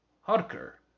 Harker